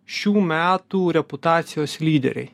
šių metų reputacijos lyderiai